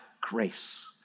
grace